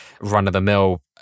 run-of-the-mill